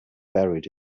buried